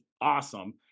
awesome